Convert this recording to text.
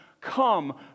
come